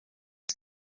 wyt